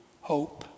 hope